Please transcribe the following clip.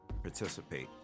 Participate